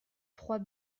trois